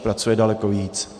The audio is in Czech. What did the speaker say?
Pracuje daleko víc.